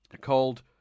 called